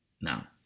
Now